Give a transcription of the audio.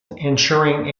ensuring